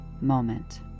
moment